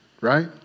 right